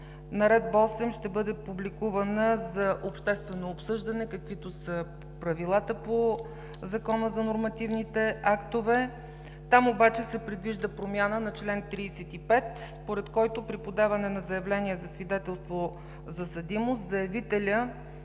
Наредба № 8 ще бъде публикувана за обществено обсъждане, каквито са правилата по Закона за нормативните актове. Там се предвижда промяна на чл. 35, според който при подаване на заявление за свидетелство за съдимост заявителят